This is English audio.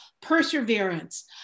Perseverance